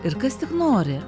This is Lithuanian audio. ir kas tik nori